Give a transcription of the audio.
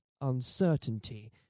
uncertainty